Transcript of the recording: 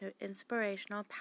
Inspirational